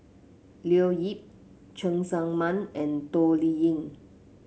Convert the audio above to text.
Leo Yip Cheng Tsang Man and Toh Liying